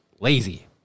Lazy